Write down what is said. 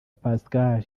pascal